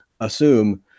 assume